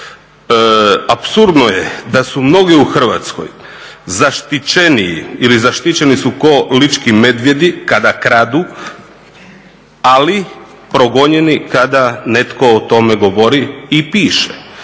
Apsurdno je da su mnogi u Hrvatskoj zaštićeniji ili zaštićeni su ko lički medvjedi kada kradu, ali progonjeni kada netko o tome govori i piše.